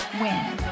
win